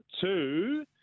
two